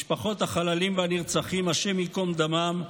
משפחות החללים והנרצחים, השם ייקום דמם.